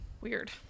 Weird